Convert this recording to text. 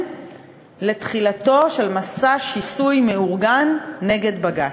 לתחילתו של מסע שיסוי מאורגן נגד בג"ץ.